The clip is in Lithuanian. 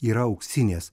yra auksinės